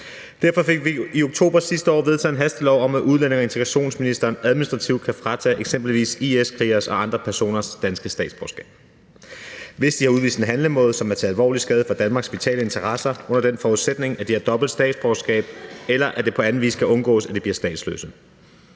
Derfor fik vi i oktober sidste år vedtaget en hastelov om, at udlændinge- og integrationsministeren administrativt kan fratage eksempelvis IS-krigeres og andre personers danske statsborgerskab, hvis de har udvist en handlemåde, som er til alvorlig skade for Danmarks vitale interesser, under den forudsætning, at de har dobbelt statsborgerskab, eller at det på anden vis kan undgås, at de bliver statsløse.